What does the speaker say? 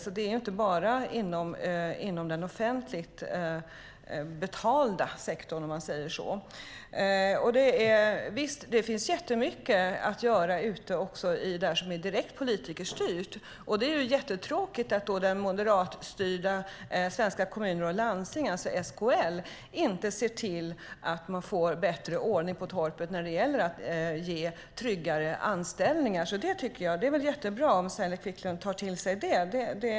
Det är alltså inte bara inom den offentligt betalda sektorn. Det finns mycket att göra som är direkt politikerstyrt. Det är tråkigt att det moderatstyrda Sveriges Kommuner och Landsting, SKL, inte ser till att man får bättre ordning på torpet när det gäller tryggare anställningar. Det är bra om Saila Quicklund tar till sig det.